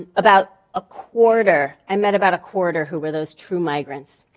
and about a quarter, i met about a quarter who were those true migrants.